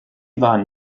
waren